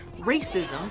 racism